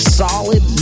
solid